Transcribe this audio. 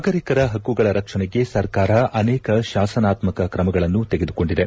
ನಾಗರಿಕರ ಹಕ್ಕುಗಳ ರಕ್ಷಣೆಗೆ ಸರ್ಕಾರ ಅನೇಕ ಶಾಸನಾತ್ತಕ ಕ್ರಮಗಳನ್ನು ತೆಗೆದುಕೊಂಡಿದೆ